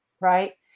right